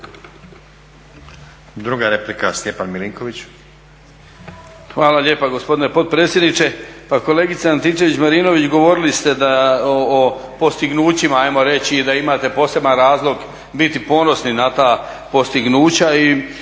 **Milinković, Stjepan (HDZ)** Hvala lijepa gospdine potpredsjedniče. Pa kolegice Antičević-Marinović govorili ste o postignućima ajmo reći i da imate poseban razlog biti ponosni na ta postignuća.